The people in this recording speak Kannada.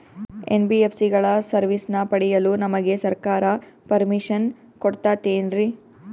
ಎನ್.ಬಿ.ಎಸ್.ಸಿ ಗಳ ಸರ್ವಿಸನ್ನ ಪಡಿಯಲು ನಮಗೆ ಸರ್ಕಾರ ಪರ್ಮಿಷನ್ ಕೊಡ್ತಾತೇನ್ರೀ?